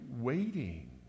waiting